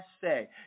say